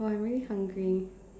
oh I'm really hungry